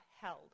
held